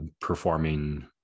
performing